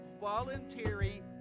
voluntary